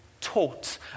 taught